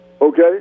Okay